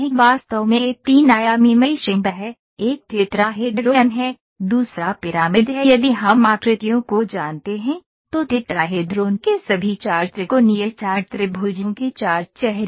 वास्तव में यह तीन आयामी मेशिंग है एक टेट्राहेड्रॉन है दूसरा पिरामिड है यदि हम आकृतियों को जानते हैं तो टेट्राहेड्रोन के सभी 4 त्रिकोणीय चार त्रिभुजों के 4 चेहरे हैं